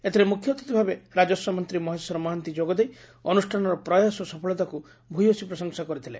ଏଥିରେ ମୁଖ୍ୟ ଅତିଥି ଭାବେ ରାଜସ୍ୱ ମନ୍ତୀ ଶ୍ରୀ ମହେଶ୍ୱର ଯୋଗଦେଇ ଅନୁଷ୍ଠାନର ପ୍ରୟାସ ଓ ସଫଳତାକୁ ଭୟସୀ ପ୍ରଶଂସା କରିଥିଲେ